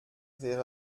wäre